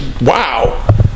Wow